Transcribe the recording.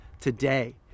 today